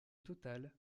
total